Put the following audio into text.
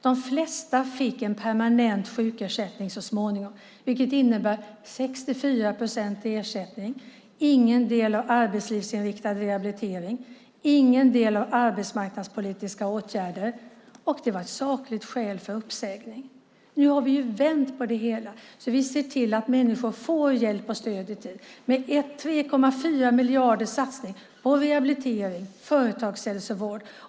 De flesta fick en permanent sjukersättning så småningom, vilket innebar 64 procents ersättning, ingen arbetslivsinriktad rehabilitering, inga arbetsmarknadspolitiska åtgärder, och det var ett sakligt skäl för uppsägning. Nu har vi vänt på det hela, och vi ser till att människor får hjälp och stöd i tid med en satsning på 3,4 miljarder, rehabilitering och företagshälsovård.